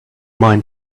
mind